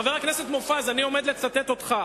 חבר הכנסת מופז, אני עומד לצטט אותך: